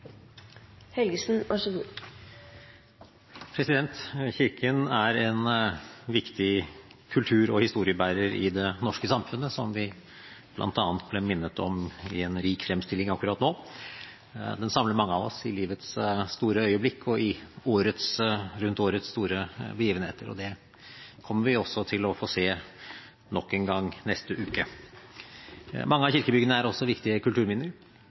historiebærer i det norske samfunnet, som vi bl.a. ble minnet om i en rik fremstilling akkurat nå. Den samler mange av oss i livets store øyeblikk og rundt årets store begivenheter, og det kommer vi også til å få se nok en gang neste uke. Mange av kirkebyggene er også viktige kulturminner.